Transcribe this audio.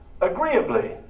agreeably